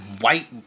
white